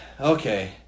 Okay